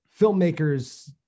filmmakers